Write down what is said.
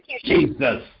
Jesus